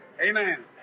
Amen